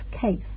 case